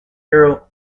hero